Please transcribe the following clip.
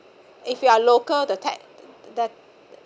if you are local the tax the